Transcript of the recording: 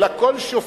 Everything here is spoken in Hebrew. אלא כל שופט,